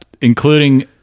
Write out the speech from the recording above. Including